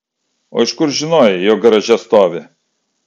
o iš kur žinojai jog garaže stovi